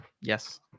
Yes